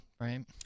Right